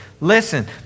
Listen